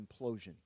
implosion